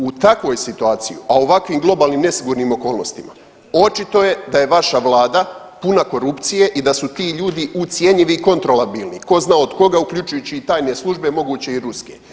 U takvoj situaciji, a u ovakvim globalnim nesigurnim okolnostima očito je da je vaša Vlada puna korupcije i da su ti ljudi ucjenjivi i kontro labilni tko zna od koga, uključujući i tajne službe, moguće i ruske.